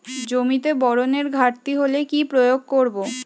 জমিতে বোরনের ঘাটতি হলে কি প্রয়োগ করব?